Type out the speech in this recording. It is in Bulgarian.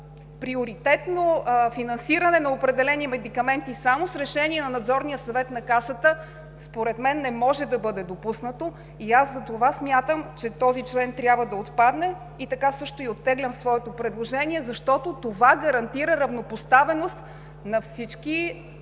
приоритетно финансиране на определени медикаменти само с решение на Надзорния съвет на Касата според мен не може да бъде допуснато. Затова смятам, че този член трябва да отпадне. Също така оттеглям своето предложение, защото това гарантира равнопоставеност на всички